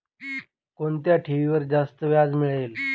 कोणत्या ठेवीवर जास्त व्याज मिळेल?